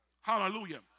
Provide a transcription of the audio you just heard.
Hallelujah